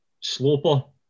sloper